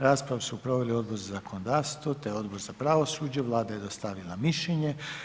Raspravu su proveli Odbor za zakonodavstvo te Odbor za pravosuđe, Vlada je dostavila mišljenje.